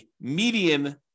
median